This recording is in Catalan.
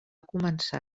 començar